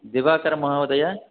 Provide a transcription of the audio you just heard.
दिवाकरमहोदय